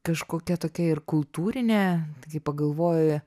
kažkokia tokia ir kultūrinė tai kai pagalvoji